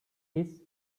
his